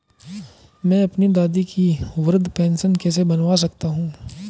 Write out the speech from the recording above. मैं अपनी दादी की वृद्ध पेंशन कैसे बनवा सकता हूँ?